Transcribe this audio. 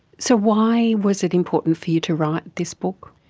so why was it important for you to write this book?